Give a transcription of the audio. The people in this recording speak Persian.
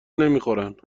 نمیخورن